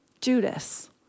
Judas